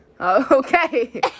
okay